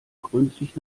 gründlich